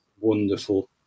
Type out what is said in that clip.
wonderful